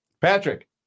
patrick